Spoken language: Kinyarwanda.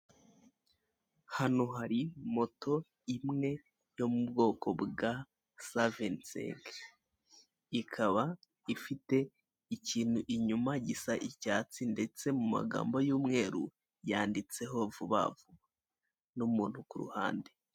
Hano hari moto imwe yo mu bwoko bwa sa veni senke ikaba ifite ikintu iyuma gisa icyatsi ndetse mu magambo y'umweru cyanditseho vubavuba ndetse no mu mpande.